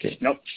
Nope